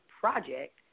project